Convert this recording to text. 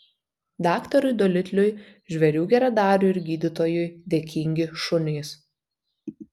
daktarui dolitliui žvėrių geradariui ir gydytojui dėkingi šunys